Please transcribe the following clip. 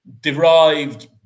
derived